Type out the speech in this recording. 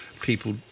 people